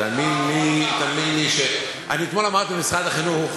תאמין לי, תאמין לי, אתמול אמרתי במשרד החינוך,